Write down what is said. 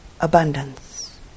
abundance